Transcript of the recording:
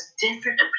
different